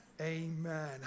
Amen